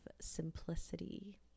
simplicity